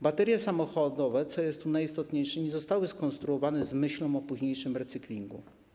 Baterie samochodowe, co jest tu najistotniejsze, nie zostały skonstruowane z myślą o późniejszym recyklingu.